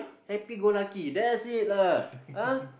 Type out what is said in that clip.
happy go lucky that's it lah ah